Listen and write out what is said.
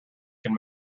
can